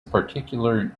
particular